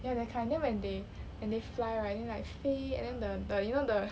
ya that kind then when they when they fly right then like 飞 and then the the you know the